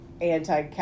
anti-